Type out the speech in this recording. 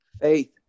Faith